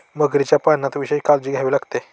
मगरीच्या पालनात विशेष काळजी घ्यावी लागते